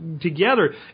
together